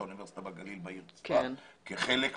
האוניברסיטה בגליל בעיר צפת כחלק מתפיסה.